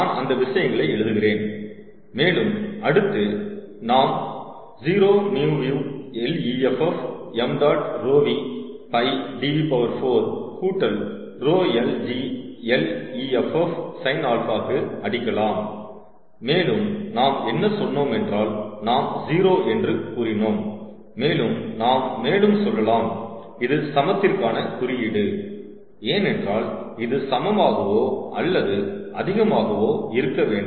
நான் அந்த விஷயங்களை எழுதுகிறேன் மேலும் அடுத்து நாம் 0 μv Leff 𝑚̇ 𝜌v 𝜋 Dv 4 கூட்டல் 𝜌l g Leff sin α க்கு அடிக்கலாம் மேலும் நாம் என்ன சொன்னோம் என்றால் நாம் 0 என்று கூறினோம் மேலும் நாம் மேலும் சொல்லலாம் இது சமத்திற்கான குறியீடு ஏனென்றால் இது சமமாகவோ அல்லது அதிகமாகவோ இருக்க வேண்டும்